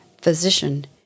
Physician